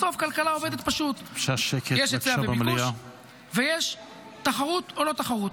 בסוף כלכלה פועלת פשוט: יש היצע וביקוש ויש תחרות או לא תחרות.